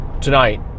tonight